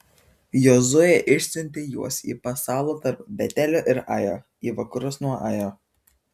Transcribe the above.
jozuė išsiuntė juos į pasalą tarp betelio ir ajo į vakarus nuo ajo